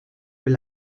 will